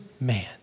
man